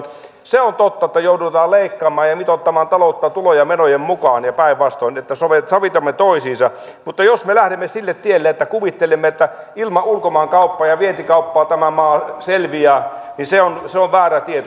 on totta että joudutaan leikkaamaan ja mitoittamaan taloutta tuloja menojen mukaan ja päinvastoin että sovitamme niitä toisiinsa mutta jos me lähdemme sille tielle että kuvittelemme että ilman ulkomaankauppaa ja vientikauppaa tämä maa selviää niin se on väärä tieto